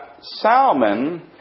Salmon